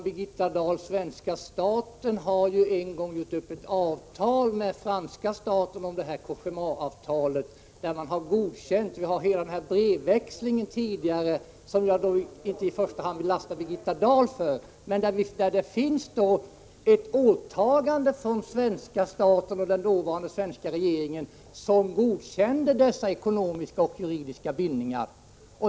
Herr talman! Ja, men svenska staten har ju, Birgitta Dahl, en gång träffat ett avtal med franska staten. Det gäller Cogéma-avtalet. I det sammanhanget har det ju förekommit en brevväxling — vilken jag inte i första hand vill lasta Birgitta Dahl för, men som innebär ett åtagande från svenska staten och den dåvarande svenska regeringen att godkänna nämnda ekonomiska och juridiska bindningar.